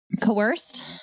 Coerced